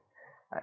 I